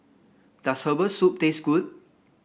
does Herbal Soup taste good